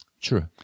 True